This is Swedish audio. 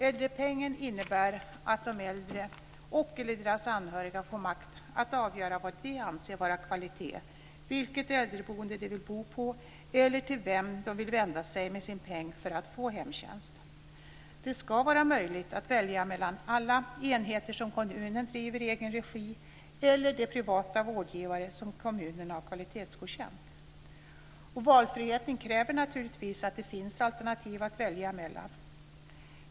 Äldrepengen innebär att de äldre och deras anhöriga får makt att avgöra vad de anser är kvalitet, vilket äldreboende de vill bo på eller till vem de vill vända sig med sin peng för att få hemtjänst. Det ska vara möjligt att välja mellan alla enheter som kommunen driver i egen regi eller de privata vårdgivare som kommunen har kvalitetsgodkänt. Valfriheten kräver naturligtvis att det finns alternativ att välja mellan.